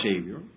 Savior